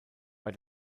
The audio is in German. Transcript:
bei